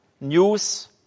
news